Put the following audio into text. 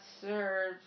served